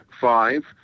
five